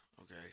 okay